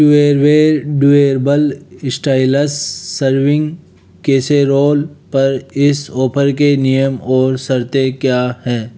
Tupperware durable stylish serving casserole पर इस offer के नियम और शर्तें क्या हैं